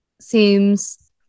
seems